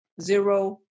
zero